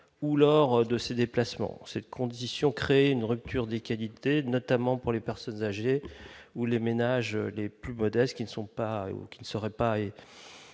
ou lors de ses déplacements cette conditions créer une rupture des qualités, notamment pour les personnes âgées ou les ménages les plus modestes qui ne sont pas, qui ne seraient pas